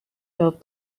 self